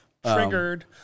Triggered